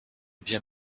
bien